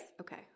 Okay